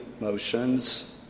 motions